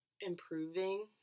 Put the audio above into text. improving